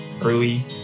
early